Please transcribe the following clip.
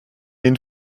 den